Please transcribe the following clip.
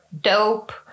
dope